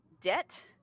debt